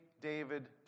David